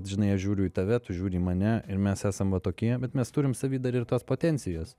žinai aš žiūriu į tave tu žiūri į mane ir mes esam va tokie bet mes turim savy dar ir tos potencijos